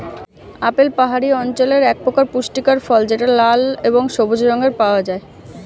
apple পাহাড়ি অঞ্চলের একপ্রকার পুষ্টিকর ফল যেটা লাল এবং সবুজ রঙে পাওয়া যায়